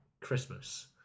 Christmas